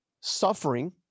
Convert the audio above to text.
Suffering